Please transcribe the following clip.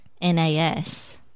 nas